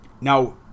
Now